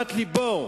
מנהמת לבו.